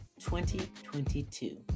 2022